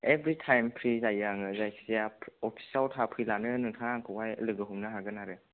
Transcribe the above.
एब्रि time free जायो आङो जायखिजाया अफिसआव फैलानो नोंथाङा आंखौहाय लोगो हमनो हागोन आरो